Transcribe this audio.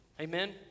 Amen